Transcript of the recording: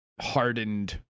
hardened